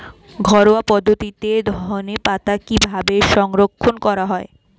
ঘরোয়া পদ্ধতিতে ধনেপাতা কিভাবে সংরক্ষণ করা হয়?